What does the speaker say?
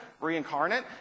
reincarnate